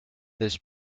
this